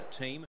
team